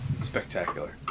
Spectacular